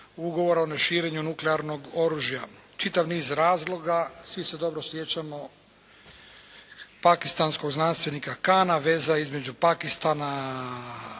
Ugovora o neširenju nuklearnog oružja. Čitav niz razloga. Svi se dobro sjećamo pakistanskog znanstvenika Kana. Veza između Pakistana,